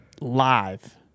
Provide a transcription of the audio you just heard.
live